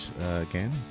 again